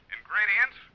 Ingredients